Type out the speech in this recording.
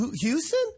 Houston